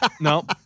No